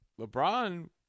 LeBron